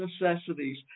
necessities